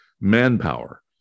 manpower